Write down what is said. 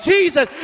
Jesus